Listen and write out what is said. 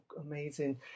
amazing